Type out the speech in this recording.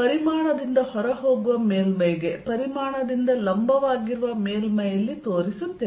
ಪರಿಮಾಣದಿಂದ ಹೊರಹೋಗುವ ಮೇಲ್ಮೈಗೆ ಪರಿಮಾಣದಿಂದ ಲಂಬವಾಗಿರುವ ಮೇಲ್ಮೈಯಲ್ಲಿ ತೋರಿಸುತ್ತೇವೆ